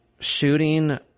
shooting